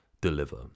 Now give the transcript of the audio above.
deliver